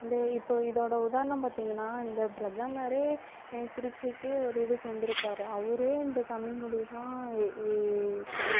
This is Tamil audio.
இந்த இப்போ இதோட உதாரணம் பார்த்திங்கன்னா இந்த பிரதமரே திருச்சிக்கு ஒரு இதுக்கு வந்துருக்கார் அவரே இந்த தமிழ்மொழிதான் தான்